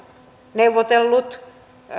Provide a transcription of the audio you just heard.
neuvotellut